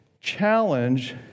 challenge